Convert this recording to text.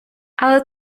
але